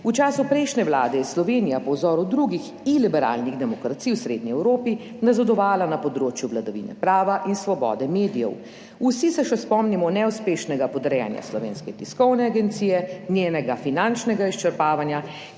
V času prejšnje vlade je Slovenija po vzoru drugih iliberalnih demokracij v srednji Evropi nazadovala na področju vladavine prava in svobode medijev. Vsi se še spomnimo neuspešnega podrejanja Slovenske tiskovne agencije, njenega finančnega izčrpavanja